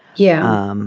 yeah. um